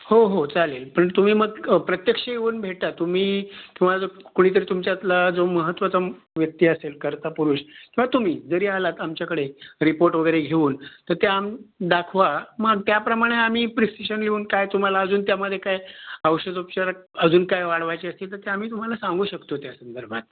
हो हो चालेल पण तुम्ही मग प्रत्यक्ष येऊन भेटा तुम्ही तुम्हाला जर कोणीतरी तुमच्यातला जो महत्त्वाचा व्यक्ती असेल कर्ता पुरुष किवा तुम्ही जरी आलात आमच्याकडे रिपोर्ट वगैरे घेऊन तर ते आम् दाखवा मग त्याप्रमाणे आम्ही प्रिस्किप्शन लिहून काय तुम्हाला अजून त्यामध्ये काही औषधोपचार अजून काही वाढवायचे असतील तर ते आम्ही तुम्हाला सांगू शकतो त्यासंदर्भात